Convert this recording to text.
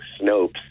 Snopes